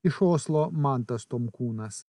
iš oslo mantas tomkūnas